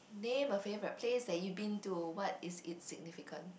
name a favorite place that you've been to what is it's significance